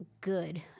good